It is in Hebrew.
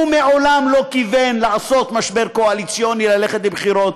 הוא מעולם לא כיוון לעשות משבר קואליציוני וללכת לבחירות,